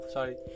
Sorry